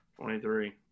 23